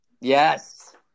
Yes